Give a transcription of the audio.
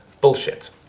bullshit